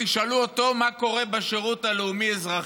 תשאלו אותו מה קורה בשירות הלאומי-אזרחי,